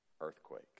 earthquake